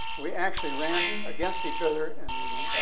we actually ran against each other in the,